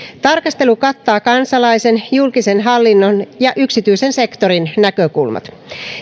tarkastelu kattaa kansalaisen julkisen hallinnon ja yksityisen sektorin näkökulmat